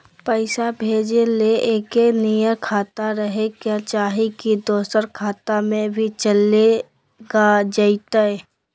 पैसा भेजे ले एके नियर खाता रहे के चाही की दोसर खाता में भी चलेगा जयते?